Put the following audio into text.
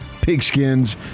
pigskins